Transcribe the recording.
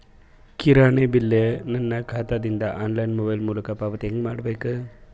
ಕಿರಾಣಿ ಬಿಲ್ ನನ್ನ ಖಾತಾ ದಿಂದ ಆನ್ಲೈನ್ ಮೊಬೈಲ್ ಮೊಲಕ ಪಾವತಿ ಹೆಂಗ್ ಮಾಡಬೇಕು?